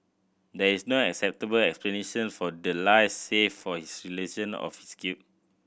there is no acceptable explanation for the lies save for his realisation of his guilt